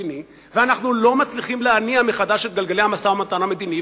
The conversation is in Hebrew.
המדיני ואנחנו לא מצליחים להניע מחדש את גלגלי המשא-ומתן המדיני,